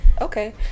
okay